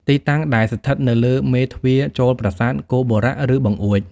ទីតាំង តែងស្ថិតនៅពីលើមេទ្វារចូលប្រាសាទ គោបុរៈ ឬបង្អួច។